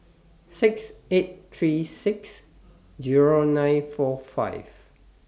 six eight three six Zero nine four five